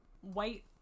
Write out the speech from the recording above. white